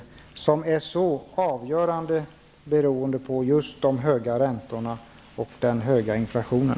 Dessa saker är ju så avgörande beroende på just de de höga räntorna och den höga inflationen.